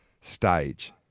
stage